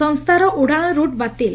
ସଂସ୍ଚାର ଉଡାଶ ରୁଟ୍ ବାତିଲ